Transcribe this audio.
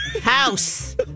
House